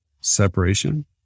separation